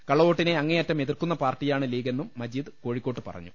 കള്ളവോട്ടിനെ അങ്ങേയറ്റം എതിർക്കുന്ന പാർട്ടി യാണ് ലീഗെന്നും മജീദ് കോഴിക്കോട്ട് പറഞ്ഞു